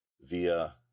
via